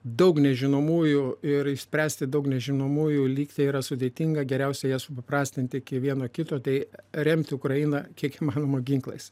daug nežinomųjų ir išspręsti daug nežinomųjų lygtį yra sudėtinga geriausia ją supaprastinti iki vieno kito tai remti ukrainą kiek įmanoma ginklais